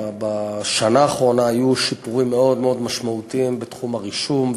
בשנה האחרונה היו שיפורים משמעותיים מאוד מאוד בתחום הרישום.